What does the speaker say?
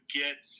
get